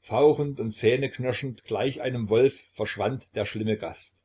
fauchend und zähneknirschend gleich einem wolf verschwand der schlimme gast